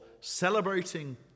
celebrating